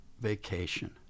vacation